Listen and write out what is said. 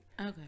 Okay